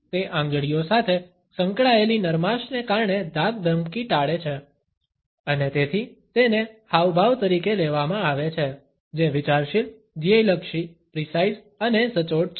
તે આંગળીઓ સાથે સંકળાયેલી નરમાશને કારણે ધાકધમકી ટાળે છે અને તેથી તેને હાવભાવ તરીકે લેવામાં આવે છે જે વિચારશીલ ધ્યેય લક્ષી પ્રીસાઇઝ અને સચોટ છે